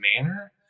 manner